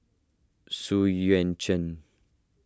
Xu Yuan Zhen